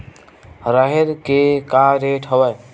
राहेर के का रेट हवय?